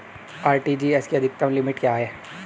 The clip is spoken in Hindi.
आर.टी.जी.एस की अधिकतम लिमिट क्या है?